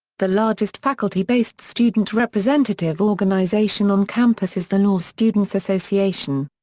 the largest faculty-based student representative organisation on campus is the law students association.